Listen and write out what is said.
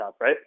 right